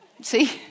see